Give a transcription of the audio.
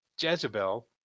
Jezebel